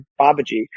Babaji